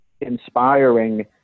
inspiring